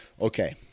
Okay